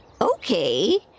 okay